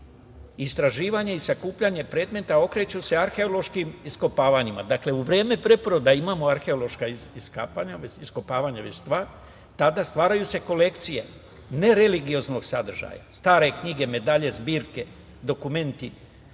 Istraživanje i sakupljanje predmeta okreću se arheološkim iskopavanjima. Dakle, u vreme preporoda imamo arheološka iskopavanja, tada stvaraju se kolekcije nereligioznog sadržaja – stare knjige, medalje, zbirke, dokumenti,